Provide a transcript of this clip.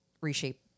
reshape